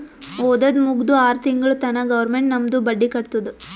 ಓದದ್ ಮುಗ್ದು ಆರ್ ತಿಂಗುಳ ತನಾ ಗೌರ್ಮೆಂಟ್ ನಮ್ದು ಬಡ್ಡಿ ಕಟ್ಟತ್ತುದ್